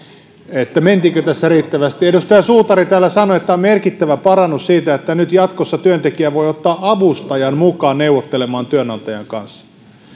mentiinkö tässä riittävästi edustaja suutari täällä sanoi että tämä on siitä merkittävä parannus että nyt jatkossa työntekijä voi ottaa avustajan mukaan neuvottelemaan työnantajan kanssa